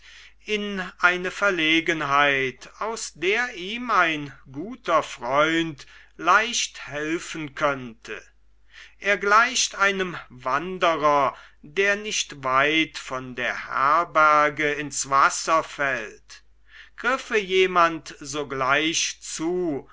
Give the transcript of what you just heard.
in eine verlegenheit aus der ihm ein guter freund leicht helfen könnte er gleicht einem wanderer der nicht weit von der herberge ins wasser fällt griffe jemand sogleich zu